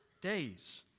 days